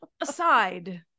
aside